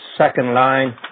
second-line